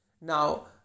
now